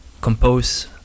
compose